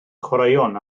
chwaraeon